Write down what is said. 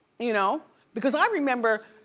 you know because i remember,